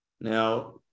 Now